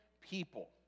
people